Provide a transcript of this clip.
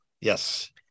yes